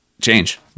change